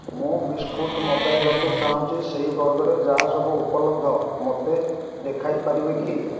ମୁଁ ବିସ୍କୁଟ୍ ମଗାଇବାକୁ ଚାହୁଁଛି ସେହି ବର୍ଗରେ ଯାହା ସବୁ ଉପଲବ୍ଧ ମୋତେ ଦେଖାଇ ପାରିବେ କି